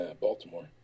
Baltimore